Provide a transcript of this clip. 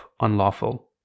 unlawful